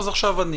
אז עכשיו אני.